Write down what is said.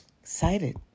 Excited